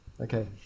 Okay